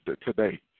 today